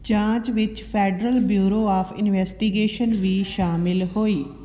ਜਾਂਚ ਵਿੱਚ Federal Bureau of Investigation ਵੀ ਸ਼ਾਮਿਲ ਹੋਈ